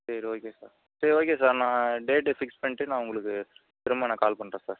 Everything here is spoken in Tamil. சரி ஓகே சார் சரி ஓகே சார் நான் டேட்டு ஃபிக்ஸ் பண்ணிட்டு நான் உங்களுக்கு திரும்ப நான் கால் பண்ணுறேன் சார்